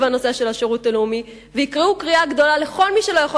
הנושא של השירות הלאומי ויקראו קריאה גדולה לכל מי שלא יכול